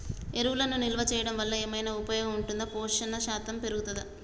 ఎరువులను నిల్వ చేయడం వల్ల ఏమైనా ఉపయోగం ఉంటుందా పోషణ శాతం పెరుగుతదా?